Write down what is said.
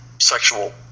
sexual